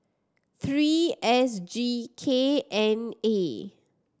three S G K N A